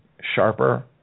sharper